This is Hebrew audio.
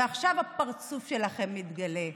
ועכשיו הפרצוף שלכם מתגלה.